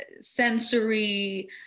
sensory